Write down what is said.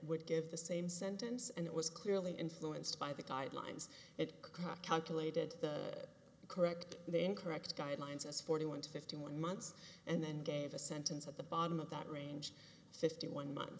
would give the same sentence and it was clearly influenced by the guidelines it caught calculated correct the incorrect guidelines as forty one to fifty one months and then gave a sentence at the bottom of that range fifty one month